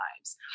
lives